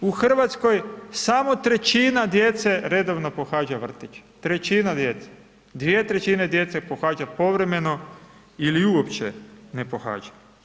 U Hrvatskoj, samo trećina djece redovno pohađa vrtić, trećina djece, 2/3 djece pohađa povremeno ili uopće ne pohađa.